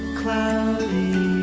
cloudy